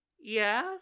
Yes